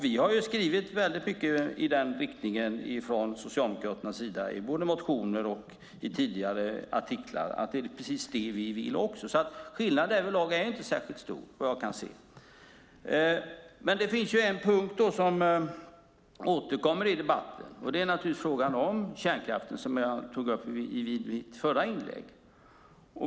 Vi har skrivit mycket i den riktningen från Socialdemokraternas sida i både motioner och artiklar tidigare. Det är precis det vi vill också. Skillnaden är inte särskilt stor, vad jag kan se. Det finns en punkt som återkommer i debatten, och det är frågan om kärnkraften, som jag tog upp i mitt förra inlägg.